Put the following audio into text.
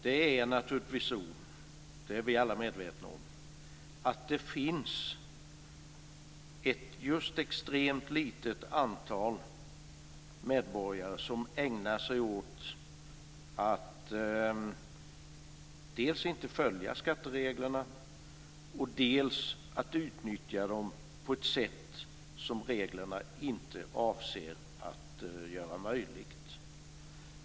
Det är naturligtvis så - det är vi alla medvetna om - att det finns ett extremt litet antal medborgare som dels inte följer skattereglerna, dels utnyttjar dem på ett sätt som reglerna inte avsåg att möjliggöra.